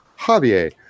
Javier